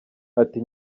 ati